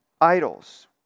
idols